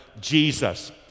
Jesus